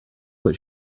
what